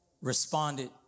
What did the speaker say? responded